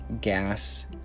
gas